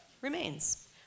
remains